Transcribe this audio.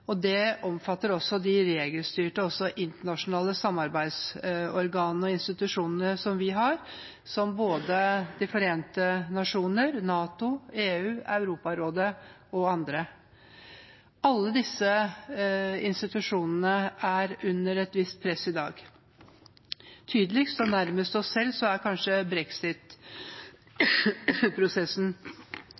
og det omfatter også de regelstyrte internasjonale samarbeidsorganene og institusjonene som vi har, som De forente nasjoner, NATO, EU, Europarådet og andre. Alle disse institusjonene er under et visst press i dag. Tydeligst